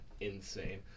Insane